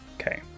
okay